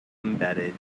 embedded